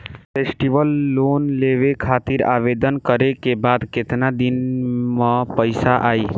Festival loan लेवे खातिर आवेदन करे क बाद केतना दिन म पइसा आई?